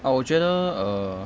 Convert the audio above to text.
orh 我觉得 err